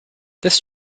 this